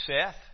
Seth